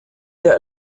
der